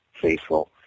faithful